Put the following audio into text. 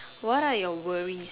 what are your worries